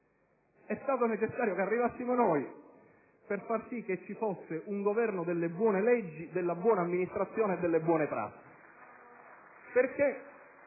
È stato necessario che arrivassimo noi per far sì che ci fosse un Governo delle buone leggi, della buona amministrazione e delle buone prassi.